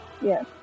Yes